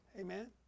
Amen